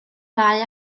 ddau